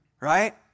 right